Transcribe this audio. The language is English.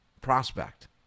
prospect